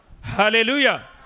Hallelujah